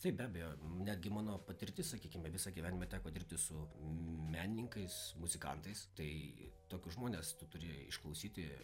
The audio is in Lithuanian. taip be abejo netgi mano patirtis sakykime visą gyvenimą teko dirbti su menininkais muzikantais tai tokius žmones tu turi išklausyti